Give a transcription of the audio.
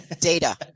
data